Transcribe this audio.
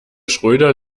schröder